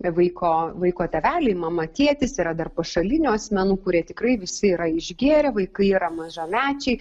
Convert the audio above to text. vaiko vaiko tėveliai mama tėtis yra dar pašalinių asmenų kurie tikrai visi yra išgėrę vaikai yra mažamečiai